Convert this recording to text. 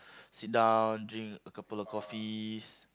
sit down drink a couple of coffees